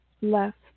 left